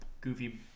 goofy